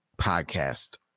podcast